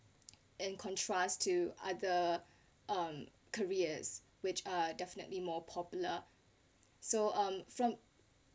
and contrast to other um careers which are definitely more popular so um from